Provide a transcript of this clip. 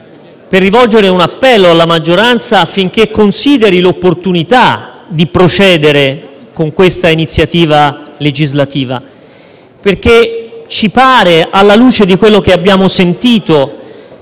per rivolgere un appello alla maggioranza, affinché riconsideri l'opportunità di procedere con l'iniziativa legislativa in esame. Alla luce di quello che abbiamo sentito,